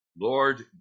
Lord